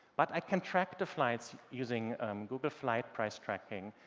but i can track the flights using google flight price tracking,